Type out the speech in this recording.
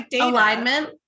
alignment